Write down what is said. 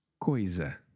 Coisa